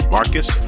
Marcus